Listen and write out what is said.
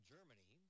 Germany